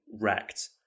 wrecked